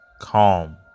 Calm